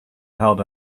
held